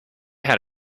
had